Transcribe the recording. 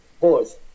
Boys